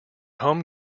home